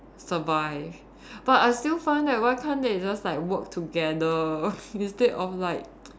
survive but I still find that why can't they just like work together instead of like